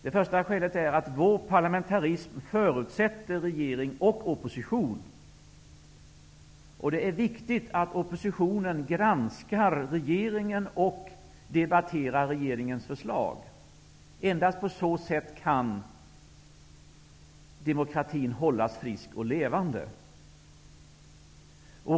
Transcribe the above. Det första skälet är att vår parlamentarism förutsätter regering och opposition. Det är viktigt att oppositionen granskar regeringen och debatterar regeringens förslag. Endast på så sätt kan demokratin hållas frisk och levande.